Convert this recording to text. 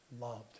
loved